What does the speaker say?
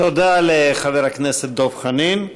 תודה לחבר הכנסת דב חנין.